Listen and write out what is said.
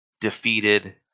defeated